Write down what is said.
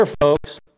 folks